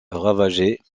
ravagée